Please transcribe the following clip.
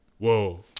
Whoa